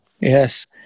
yes